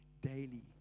daily